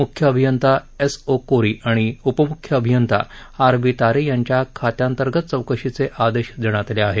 मुख्य अभियंता S O Kori आणि आणि उपमुख्यअभियंता आर बी तारे यांच्या खात्यांतर्गत चौकशीचे आदेश देण्यात आले आहेत